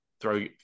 throw